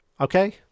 okay